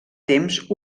temps